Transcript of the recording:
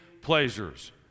pleasures